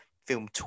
film